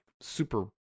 super